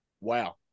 Wow